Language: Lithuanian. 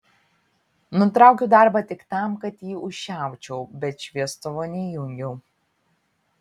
nutraukiau darbą tik tam kad jį užčiaupčiau bet šviestuvo neįjungiau